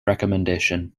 recommendation